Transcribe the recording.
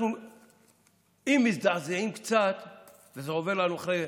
אם אנחנו מזדעזעים קצת וזה עובר לנו אחרי